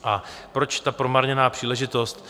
A proč ta promarněná příležitost?